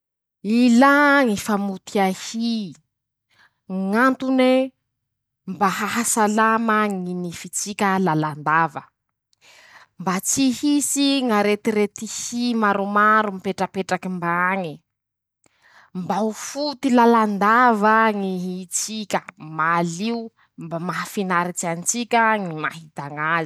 Ilà ñy famotia hyy, ñ'antone: -Mba ahasalama ñy nify tsika lalandava. -Mba tsy hisy ñ'aretirety hy maromaro mipetrapetraky mbañ. -Mba ho foty lalandava ñy hy tsika, malio mba mahafinaritsy antsika.